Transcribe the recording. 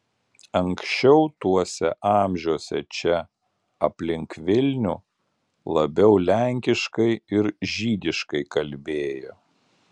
anksčiau tuose amžiuose čia aplink vilnių labiau lenkiškai ir žydiškai kalbėjo